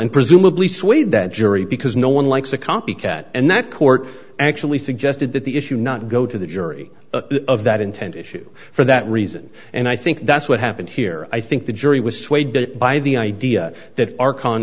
and presumably swayed that jury because no one likes a copycat and that court actually suggested that the issue not go to the jury of that intent issue for that reason and i think that's what happened here i think the jury was swayed by the idea that our con